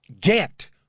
get